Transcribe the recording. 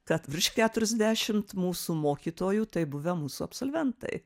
kad virš keturiasdešimt mūsų mokytojų tai buvę mūsų absolventai